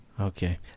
Okay